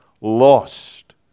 Lost